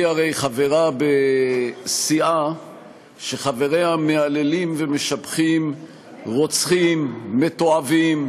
היא הרי חברה בסיעה שחבריה מהללים ומשבחים רוצחים מתועבים,